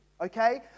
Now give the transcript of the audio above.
Okay